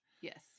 yes